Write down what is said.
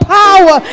power